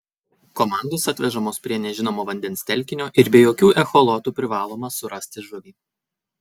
komandos atvežamos prie nežinomo vandens telkinio ir be jokių echolotų privaloma surasti žuvį